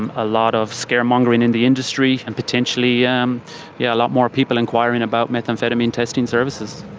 um a lot of scaremongering in the industry and potentially um yeah, a lot more people inquiring about methamphetamine testing services.